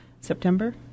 September